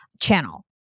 channel